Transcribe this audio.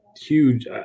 huge